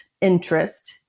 interest